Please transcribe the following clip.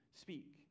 speak